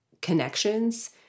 connections